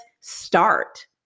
start